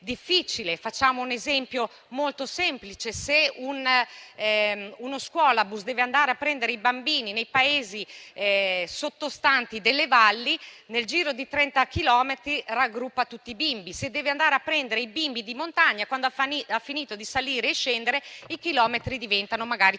Facciamo un esempio molto semplice: se uno scuolabus deve andare a prendere i bambini nei paesi sottostanti delle valli, nel giro di 30 chilometri raggruppa tutti i bimbi; se invece deve andare a prendere i bimbi di montagna, quando ha finito di salire e scendere, i chilometri diventano 180.